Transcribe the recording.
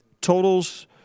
totals